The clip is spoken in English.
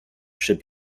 should